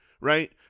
Right